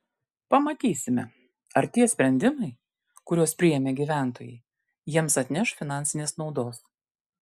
pamatysime ar tie sprendimai kuriuos priėmė gyventojai jiems atneš finansinės naudos